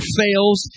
fails